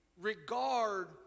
regard